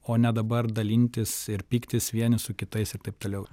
o ne dabar dalintis pyktis vieni su kitais ir taip toliau